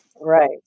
Right